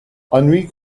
henri